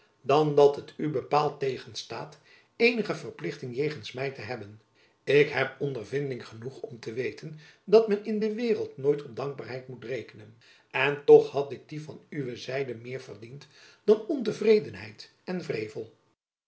dan dat het u bepaald tegenstaat eenige verplichting jegens my te hebben ik heb ondervinding genoeg om te weten dat men in de waereld nooit op dankbaarheid moet rekenen en toch had ik die van uwe zijde meer verdiend dan ontevredenheid en wrevel